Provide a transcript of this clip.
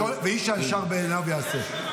ואיש הישר בעיניו יעשה.